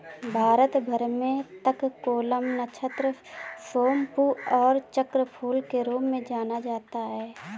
भारत भर में तककोलम, नक्षत्र सोमपू और चक्रफूल के रूप में जाना जाता है